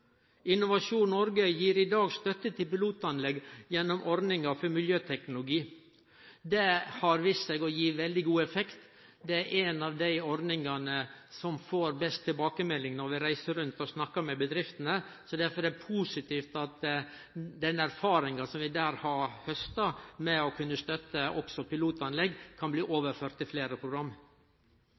Innovasjon Norge gjev i dag støtte til pilotanlegg gjennom ordninga for miljøteknologi, og dette har vist seg å gje veldig god effekt. Dette er ei av dei ordningane som får best tilbakemeldingar når vi reiser rundt og snakkar med bedriftene, så derfor er det positivt at den erfaringa som vi der har hausta, med også å kunne støtte pilotanlegg, kan bli overført til fleire program.